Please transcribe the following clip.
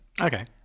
okay